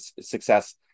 success